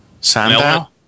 Sandow